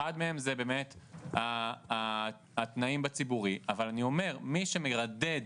אחת מהן היא באמת התנאים בציבורי, אבל מי שמרדד